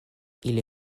ili